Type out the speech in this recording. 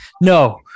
no